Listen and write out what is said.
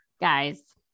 guys